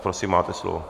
Prosím, máte slovo.